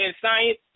science